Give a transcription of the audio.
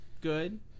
good